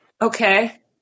Okay